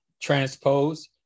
transpose